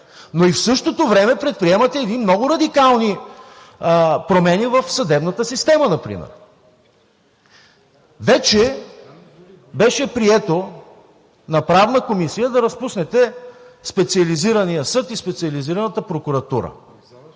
но и в същото време предприемате едни много радикални промени в съдебната система например. Вече беше прието на Правна комисия да разпуснете Специализирания съд и Специализираната прокуратура